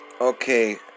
Okay